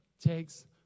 takes